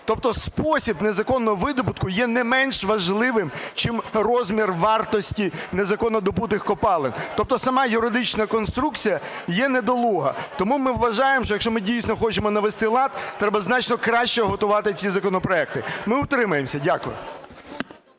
Тобто спосіб незаконного видобутку є не менш важливим, чим розмір вартості незаконно добутих копалин. Тобто сама юридична конструкція є недолуга. Тому ми вважаємо, що якщо ми дійсно хочемо навести лад, треба значно краще готувати ці законопроекти. Ми утримаємось. Дякую.